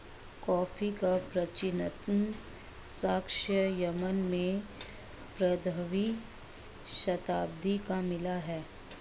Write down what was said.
coffee का प्राचीनतम साक्ष्य यमन में पंद्रहवी शताब्दी का मिला है